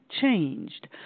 changed